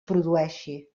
produeixi